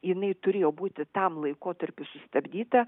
jinai turėjo būti tam laikotarpiui sustabdyta